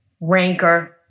rancor